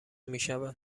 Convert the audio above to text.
میشود